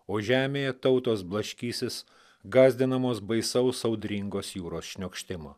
o žemėje tautos blaškysis gąsdinamos baisaus audringos jūros šniokštimo